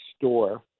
store